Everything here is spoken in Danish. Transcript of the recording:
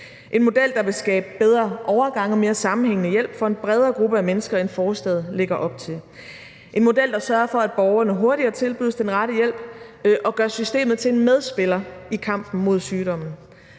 en model, der vil skabe bedre overgange og mere sammenhængende hjælp for en bredere gruppe af mennesker, end forslaget lægger op til, en model, der sørger for, at borgerne hurtigere tilbydes den rette hjælp, og gør systemet til en medspiller i kampen mod sygdommen,